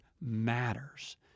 matters